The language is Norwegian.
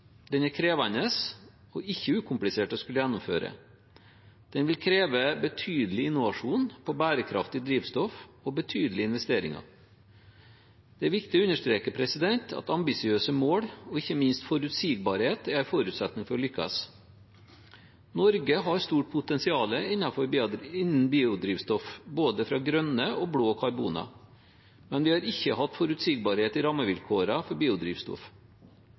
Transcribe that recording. Den er krevende og ikke ukomplisert å skulle gjennomføre. Den vil kreve betydelig innovasjon innen bærekraftig drivstoff og betydelige investeringer. Det er viktig å understreke at ambisiøse mål og ikke minst forutsigbarhet er en forutsetning for å lykkes. Norge har et stort potensial innen biodrivstoff, for både grønne og blå karboner. Men vi har ikke hatt forutsigbarhet i rammevilkårene for biodrivstoff.